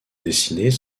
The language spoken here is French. dessinées